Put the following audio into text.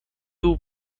two